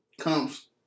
comes